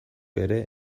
ere